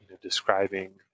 describing